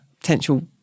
potential